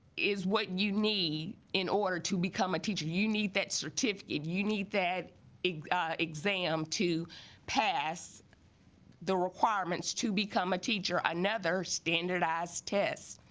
is what you need in order to become a teacher you need that certificate you need that exam exam to pass the requirements to a teacher another standardized test